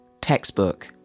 textbook